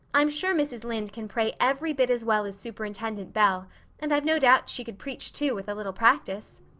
i'm sure mrs. lynde can pray every bit as well as superintendent bell and i've no doubt she could preach too with a little practice.